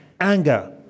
anger